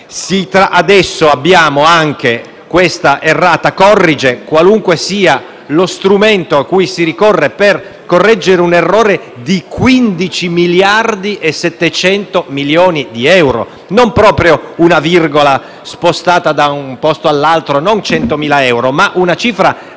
adesso abbiamo anche questo *errata corrige*. Qualunque sia lo strumento a cui si ricorre per correggerlo, si tratta di un errore di 15,7 miliardi di euro, non proprio una virgola spostata da un posto all'altro, non 100.000 euro, ma una cifra